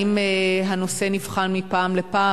האם הנושא נבחן מפעם לפעם,